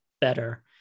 better